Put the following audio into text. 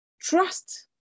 trust